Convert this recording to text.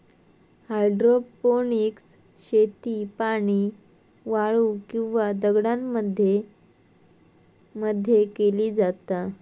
hydroponics शेती पाणी, वाळू किंवा दगडांमध्ये मध्ये केली जाता